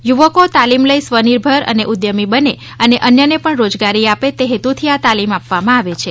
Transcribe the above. યુવકો તાલીમ લઇ સ્વનિર્ભર ઉદ્યમી બને અને અન્યને પણ રોજગારી આપે તે હેતુથી આ તાલીમ આપવામાં આવે છે